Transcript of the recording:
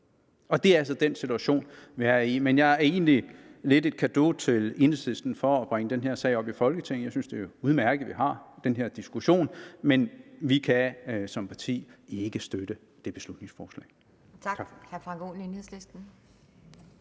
Det er altså den situation, vi er i. Men jeg er egentlig lidt indstillet på at give en cadeau til Enhedslisten for at bringe den her sag op i Folketinget. Jeg synes, det er udmærket, at vi har den her diskussion. Men vi kan som parti ikke støtte det beslutningsforslag.